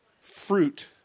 fruit